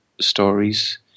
stories